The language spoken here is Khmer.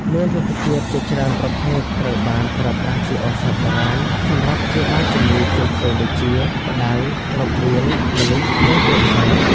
មានរុក្ខជាតិជាច្រើនប្រភេទត្រូវបានប្រើប្រាស់ជាឱសថបុរាណសម្រាប់ព្យាបាលជំងឺផ្សេងៗដូចជា ផ្ដៅ រំដួល ម្លិះ និងក្រូចសើច។